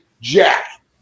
Jack